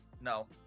No